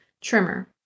trimmer